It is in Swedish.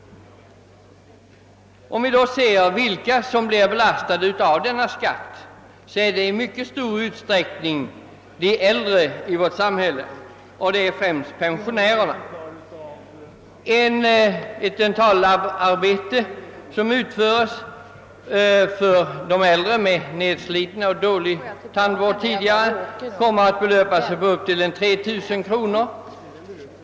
Om vi undersöker vilka som blir belastade av denna skatt, märker vi att det i mycket stor utsträckning är de äldre i vårt samhälle, främst pensionärerna. Ett dentallaboratoriearbete, som utförs för äldre människor med nedslitna tänder och kanske med dålig tandvård tidigare, kommer t.ex. att belöpa sig på 3 000 kronor.